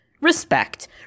Respect